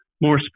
More